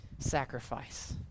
sacrifice